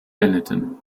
benetton